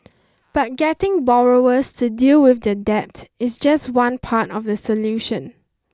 but getting borrowers to deal with their debt is just one part of the solution